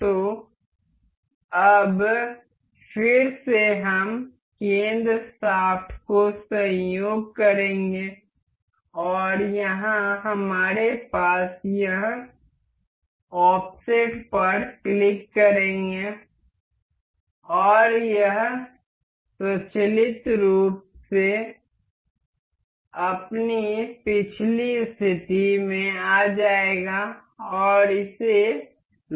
तो अब फिर से हम केंद्र शाफ्ट को संयोग करेंगे और यहाँ हमारे पास यह ऑफसेट पर क्लिक करेंगे और यह स्वचालित रूप से अपनी पिछली स्थिति में आ जाएगा और इसे लॉक कर देगा